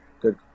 good